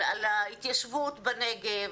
על ההתיישבות בנגב,